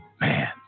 Man